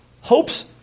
Hopes